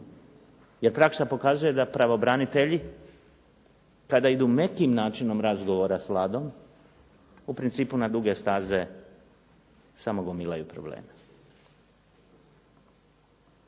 jer praksa pokazuje da pravobranitelji tada idu mekim načinom razgovora s Vladom, u principu na duge staze samo gomilaju probleme.